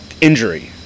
injury